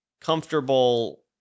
comfortable